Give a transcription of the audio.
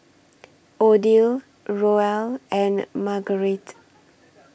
Odile Roel and Marguerite